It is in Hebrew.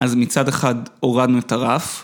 ‫אז מצד אחד הורדנו את הרף.